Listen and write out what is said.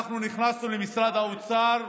אנחנו נכנסנו למשרד האוצר,